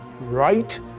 right